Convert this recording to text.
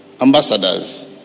Ambassadors